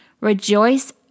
Rejoice